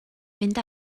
fynd